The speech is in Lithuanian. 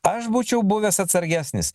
aš būčiau buvęs atsargesnis